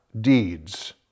deeds